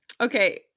Okay